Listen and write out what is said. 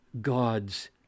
God's